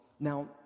Now